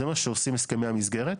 זה מה שעושים הסכמי המסגרת.